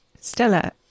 Stella